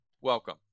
Welcome